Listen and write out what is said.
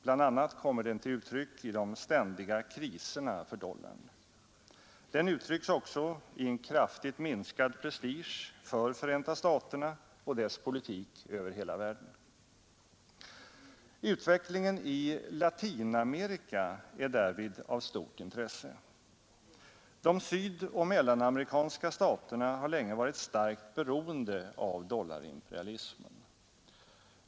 Bl.a. kommer den till uttryck i de ständiga kriserna för dollarn. Den uttryckes också i en kraftigt minskad prestige för Förenta staterna och deras politik över hela världen. Utvecklingen i Latinamerika är därvid av stort intresse. De sydoch mellanamerikanska staterna har länge varit starkt beroende av dollarimperialismen.